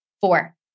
four